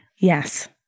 Yes